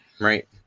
right